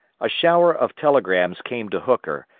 a shower of telegrams came to hooker,